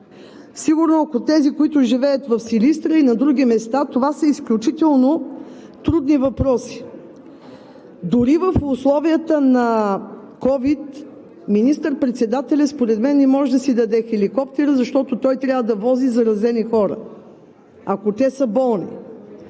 Сигурно, за тези, които живеят в Силистра и на други места, това са изключително трудни въпроси. Дори в условията на COVID министър-председателят според мен не може да си даде хеликоптера, защото той трябва да вози заразени хора, ако те са болни.